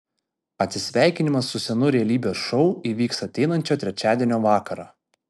atsisveikinimas su senu realybės šou įvyks ateinančio trečiadienio vakarą